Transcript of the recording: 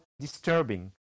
Disturbing